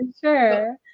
sure